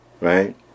Right